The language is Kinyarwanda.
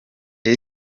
com